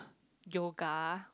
yoga